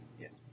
Yes